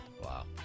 wow